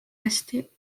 hästi